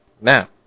Now